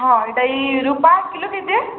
ହଁ ଇଟା ଇ ରୁପା କିଲୋ କେତେ